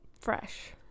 fresh